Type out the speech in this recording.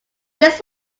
this